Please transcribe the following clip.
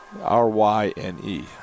R-Y-N-E